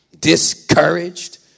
discouraged